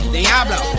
Diablo